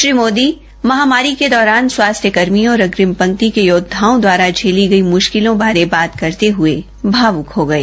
श्री मोदी महामारी दौरान स्वास्थ्य कर्मियों और अग्रिम पंक्ति के योद्धाओं द्वारा झेली गई मुष्किलों बारे बात करते हुए भावुक हो गए